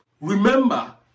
Remember